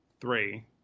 three